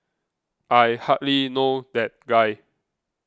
I hardly know that guy